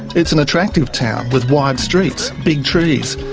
it's an attractive town, with wide streets, big trees,